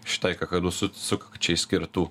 šitai kakadu sukakčiai skirtų